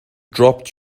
dropped